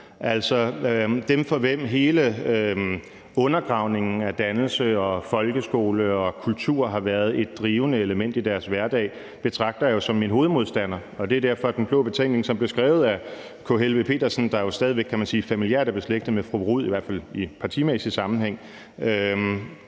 dem, for hvem hele undergravningen af dannelse og folkeskole og kultur har været et drivende element i deres hverdag, betragter jeg jo som mine hovedmodstandere. Og det er derfor, at Den Blå Betænkning, som blev skrevet af K. Helveg Petersen, der jo stadig væk, kan man sige, familiært er beslægtet med fru Lotte Rod, i hvert fald i partimæssig sammenhæng,